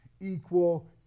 equal